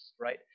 right